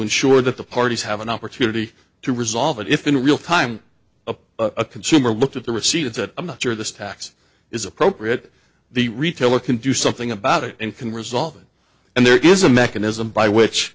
ensure that the parties have an opportunity to resolve it if in real time a consumer looked at the receipt and said i'm not sure this tax is appropriate the retailer can do something about it and can resolve it and there is a mechanism by which